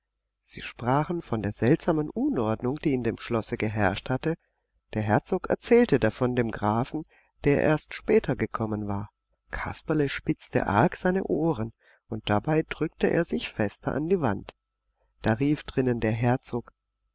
sie sprachen von der seltsamen unordnung die in dem schlosse geherrscht hatte der herzog erzählte davon dem grafen der erst später gekommen war kasperle spitzte arg seine ohren und dabei drückte er sich fester an die wand da rief drinnen der herzog